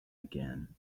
again